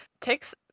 takes